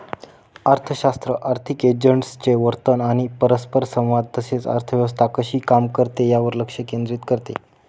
अर्थशास्त्र आर्थिक एजंट्सचे वर्तन आणि परस्परसंवाद तसेच अर्थव्यवस्था कशी काम करते यावर लक्ष केंद्रित करते